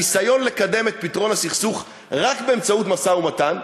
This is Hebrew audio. הניסיון לקדם את פתרון הסכסוך רק באמצעות משא-ומתן,